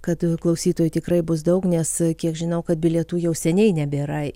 kad klausytojų tikrai bus daug nes kiek žinau kad bilietų jau seniai nebėra